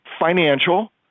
financial